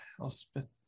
Elspeth